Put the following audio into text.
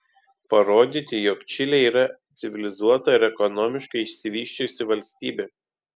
parodyti jog čilė yra civilizuota ir ekonomiškai išsivysčiusi valstybė